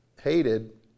hated